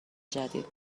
جدید